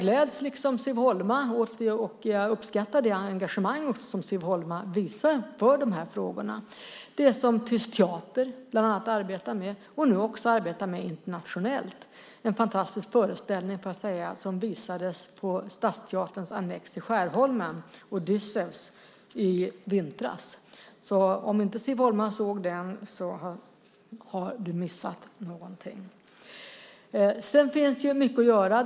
Liksom Siv Holma gläds jag - jag uppskattar också det engagemang som Siv Holma visar för de här frågorna - åt det som bland annat Tyst teater arbetar med, nu också internationellt. Odysseus är en fantastisk föreställning, får jag säga, som i vintras visades på Stadsteaterns annex i Skärholmen. Om du, Siv Holma, inte såg den har du missat någonting. Det finns mycket att göra.